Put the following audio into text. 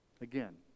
again